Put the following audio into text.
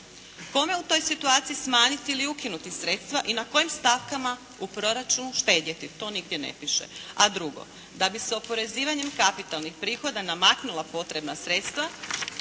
Kome u toj situaciji smanjiti ili ukinuti sredstva i na kojim stavkama u proračunu štedjeti, to nigdje ne piše. A drugo, da bi se oporezivanjem kapitalnih prihoda namaknula potrebna sredstva